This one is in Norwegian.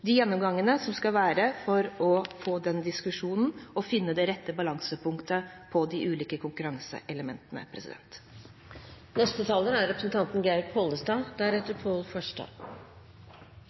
de gjennomgangene som skal være for å få den diskusjonen og finne det rette balansepunktet for de ulike konkurranseelementene. Jeg må si det er